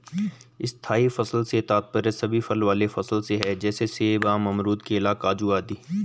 स्थायी फसल से तात्पर्य सभी फल वाले फसल से है जैसे सेब, आम, अमरूद, केला, काजू आदि